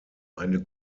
eine